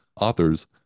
authors